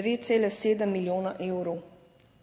2,7 milijona evrov